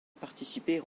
participer